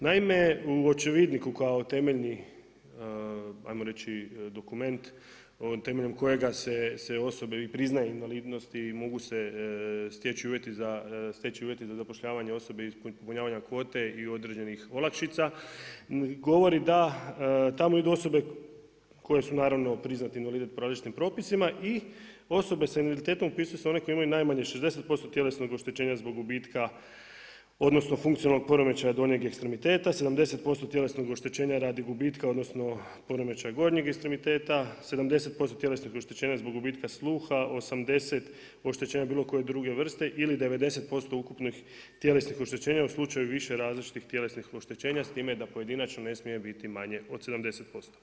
Naime u očevidniku kao temeljni ajmo reći dokument temeljem kojega se osobe i priznaje invalidnost i mogu se stječi uvjeti za, stječi uvjeti za zapošljavanje osobe iz ispunjavanja kvote i određenih olakšica govori da tamo idu osobe koje su naravno priznati invalidi po različitim propisima i osobe sa invaliditetom upisuju se one koje imaju najmanje 60% tjelesno oštećenja zbog gubitka, odnosno funkcionalnog poremećaja donjeg ekstremiteta, 70% tjelesnog oštećenja radi gubitka, odnosno poremećaja gornjeg ekstremiteta, 70% tjelesnog oštećenja zbog gubitka sluha, 80 oštećenja bilo koje druge vrste ili 90% ukupnih tjelesnih oštećenja u slučaju više različitih tjelesnih oštećenja s time da pojedinačno ne smije biti manje od 70%